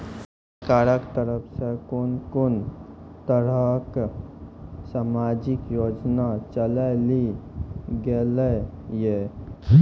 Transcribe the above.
सरकारक तरफ सॅ कून कून तरहक समाजिक योजना चलेली गेलै ये?